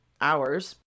hours